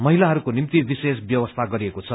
महिलाहरूको निम्ति विशेष ब्यवस्था गरिएको छ